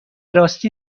راستی